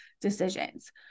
decisions